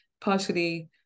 partially